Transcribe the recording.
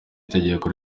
itegeko